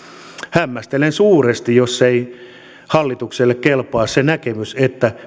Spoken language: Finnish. hämmästelen suuresti jos ei hallitukselle kelpaa se näkemys että